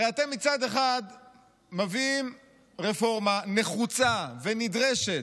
הרי אתם מצד אחד מביאים רפורמה נחוצה ונדרשת,